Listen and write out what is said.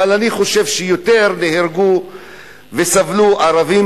אבל אני חושב שיותר נהרגו וסבלו ערבים,